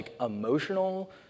emotional